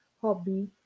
hobby